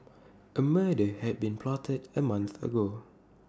A murder had been plotted A month ago